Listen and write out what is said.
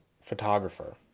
photographer